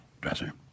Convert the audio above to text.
dresser